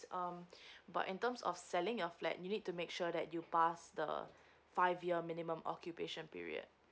um but in terms of selling your flat you need to make sure that you pass the five year minimum occupation period